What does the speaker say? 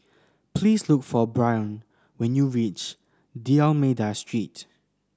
please look for Brion when you reach D'Almeida Street